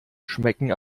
schmecken